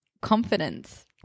confidence